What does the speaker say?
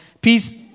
peace